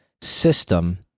system